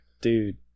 dude